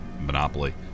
monopoly